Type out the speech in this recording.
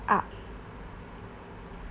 out